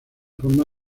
forma